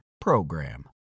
PROGRAM